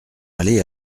aller